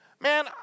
man